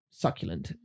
succulent